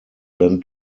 ben